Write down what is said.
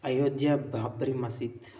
Ayodhya Babri Masjid